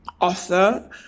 author